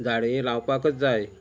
झाडां ही लावपाकच जाय